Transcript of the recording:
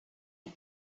les